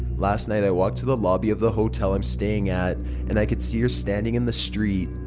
last night i walked to the lobby of the hotel i'm staying at and i could see her standing in the street.